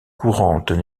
courantes